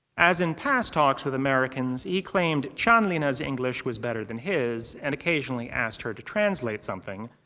as in past talks with americans, he claimed chanlina's english was better than his and occasionally asked her to translate something,